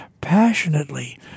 passionately